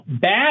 back